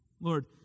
Lord